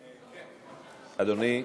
אדוני,